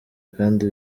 kandi